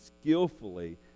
skillfully